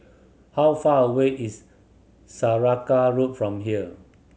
how far away is Saraca Road from here